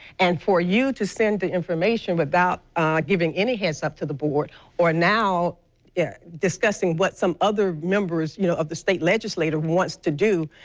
and for you to send the information about giving any heads up to the board or now yeah discussing what some other members you know of the state legislature wants to do,